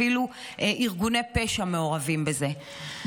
אפילו ארגוני פשע מעורבים בזה.